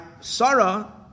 Sarah